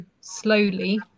slowly